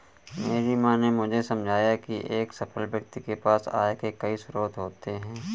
मेरी माँ ने मुझे समझाया की एक सफल व्यक्ति के पास आय के कई स्रोत होते हैं